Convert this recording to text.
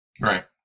right